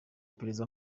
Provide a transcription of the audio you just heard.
iperereza